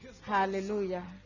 hallelujah